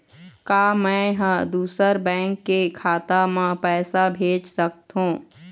का मैं ह दूसर बैंक के खाता म पैसा भेज सकथों?